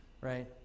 right